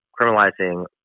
criminalizing